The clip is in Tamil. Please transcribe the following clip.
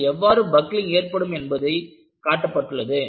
அதில் எவ்வாறு பக்லிங் ஏற்படும் என்பதை காட்டப்பட்டுள்ளது